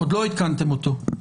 עוד לא עדכנתם אותו?